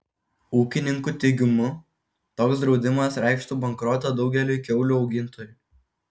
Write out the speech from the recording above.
ūkininkų teigimu toks draudimas reikštų bankrotą daugeliui kiaulių augintojų